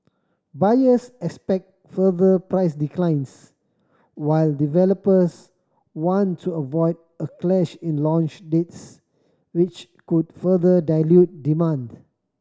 buyers expect further price declines while developers want to avoid a clash in launch dates which could further dilute demand